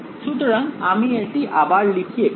সুতরাং আমি এটি আবার লিখি এখানে